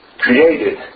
created